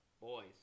boys